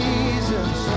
Jesus